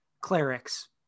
clerics